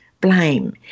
blame